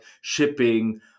shipping